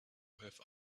have